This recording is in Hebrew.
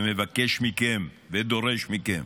מבקש מכם ודורש מכם: